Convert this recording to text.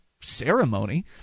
ceremony